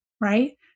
right